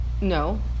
No